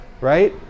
right